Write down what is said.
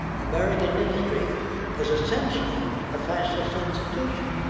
american industry is essencially a fascist institution.